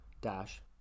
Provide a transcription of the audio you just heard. dash